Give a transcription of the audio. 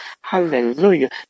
Hallelujah